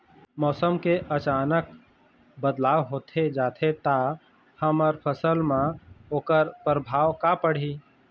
मौसम के अचानक बदलाव होथे जाथे ता हमर फसल मा ओकर परभाव का पढ़ी?